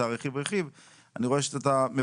הרכיבים אבל לפני שאני אתן לך לעבור רכיב-רכיב,